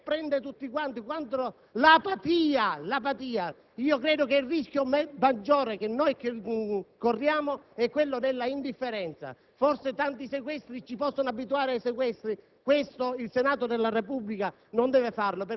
contro il relativismo che prende tutti quanti, contro l'apatia. Credo che il rischio maggiore che corriamo è quello dell'indifferenza. Forse tanti sequestri ci possono abituare ai sequestri;